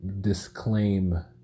Disclaim